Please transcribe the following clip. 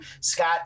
Scott